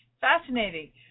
Fascinating